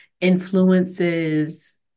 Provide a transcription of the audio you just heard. influences